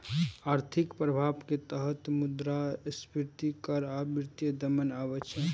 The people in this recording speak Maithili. आर्थिक प्रभाव के तहत मुद्रास्फीति कर आ वित्तीय दमन आबै छै